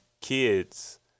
kids